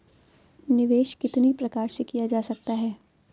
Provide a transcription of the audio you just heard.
निवेश कितनी प्रकार से किया जा सकता है?